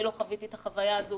אני לא חוויתי את החוויה הזו